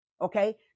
Okay